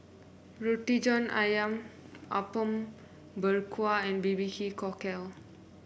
Roti John ayam Apom Berkuah and Barbecue Cockle